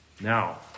Now